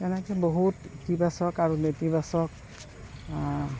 তেনেকৈ বহুত ইতিবাচক আৰু নেতিবাচক